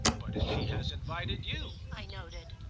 but she has invited you, i noted.